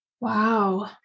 Wow